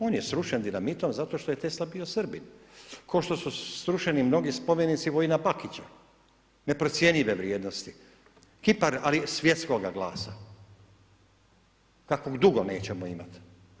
On je srušen dinamitom, zato što je Tesla bio Srbin, ko što su srušeni mnogi spomenici Vojna Bakića, neprocjenjive vrijednosti, kipar, ali svjetskoga glasa, kakvog dugo nećemo imati.